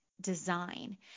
design